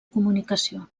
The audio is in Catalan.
comunicació